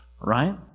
right